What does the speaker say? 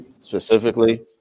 specifically